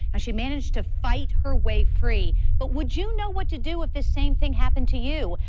and she managed to fight her way free. but would you know what to do if this same thing happened to you?